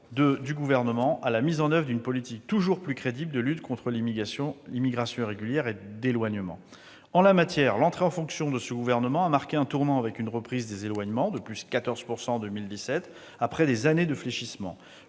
du Gouvernement à la mise en oeuvre d'une politique toujours plus crédible de lutte contre l'immigration irrégulière et d'éloignement. En la matière, l'entrée en fonction de ce gouvernement a marqué un tournant, avec une reprise des éloignements, qui ont progressé de 14 % en 2017, après des années de fléchissement.